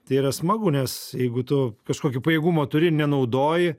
tai yra smagu nes jeigu tu kažkokį pajėgumo turi nenaudoji